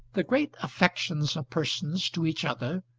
the great affections of persons to each other,